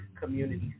community